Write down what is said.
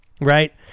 right